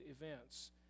events